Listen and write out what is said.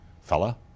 fella